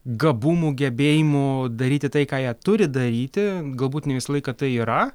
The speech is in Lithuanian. gabumų gebėjimų daryti tai ką jie turi daryti galbūt ne visą laiką tai yra